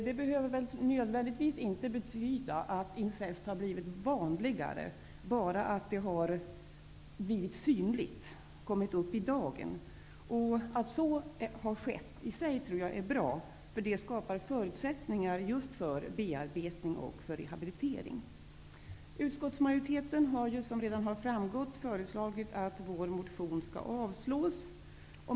Det behöver inte nödvändigtvis betyda att incest har blivit vanligare, bara att det har blivit synligt och kommit upp i dagen. Att så har skett tror jag är bra i sig, för det skapar förutsättningar för bearbetning och rehabilitering, Utskottsmajoriteten har, som redan framgått, föreslagit att vår motion skall avslås.